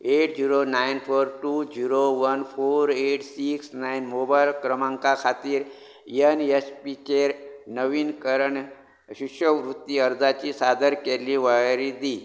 eight zero nine four two zero one four eight six nine mobile क्रमांका खातीर N S पीचेर नवीनीकरण शिश्यवृत्ती अर्जाची सादर केल्ली वळेरी दी